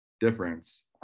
difference